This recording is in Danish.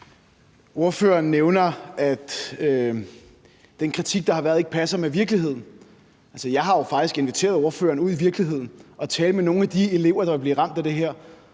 Ordføreren nævner, at den kritik, der har været, ikke passer med virkeligheden. Altså, jeg har jo faktisk inviteret ordføreren ud i virkeligheden for at tale med nogle af de elever, der vil blive ramt af det her.